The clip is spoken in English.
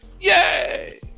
Yay